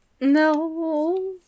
No